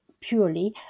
purely